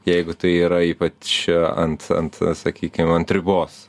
jeigu tai yra ypač čia antant sakykim ant ribos